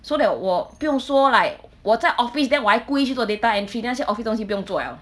so that 我不用说 like 我在 office then 我还故意去做 data entry then 那些 office 东西不用作 liao